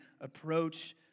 approach